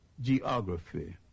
geography